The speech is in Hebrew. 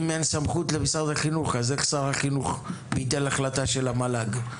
אם אין סמכות למשרד החינוך אז איך שר החינוך ביטל החלטה של המל"ג?